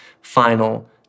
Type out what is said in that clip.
final